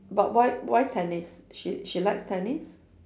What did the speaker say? but why why tennis she she likes tennis